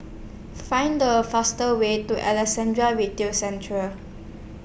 Find A fastest Way to Alexandra Retail Centre